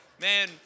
Man